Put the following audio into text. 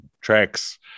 tracks